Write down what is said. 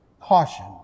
Caution